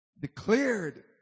declared